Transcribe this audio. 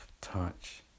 touch